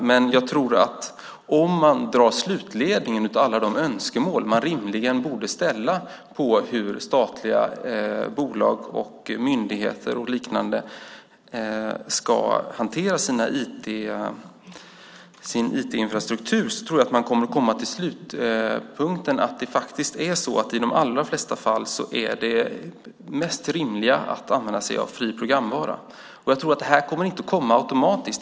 Men jag tror att om man drar slutsatsen av alla de önskemål man rimligen borde ha på hur statliga bolag, myndigheter och liknande ska hantera sin IT-infrastruktur kommer man att komma till slutpunkten att det faktiskt är så att det i de allra flesta fall är det mest rimliga att använda sig av fri programvara. Jag tror inte att det kommer att komma automatiskt.